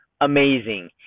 amazing